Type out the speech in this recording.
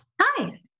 Hi